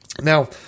Now